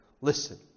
listen